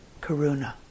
karuna